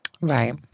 Right